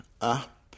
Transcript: up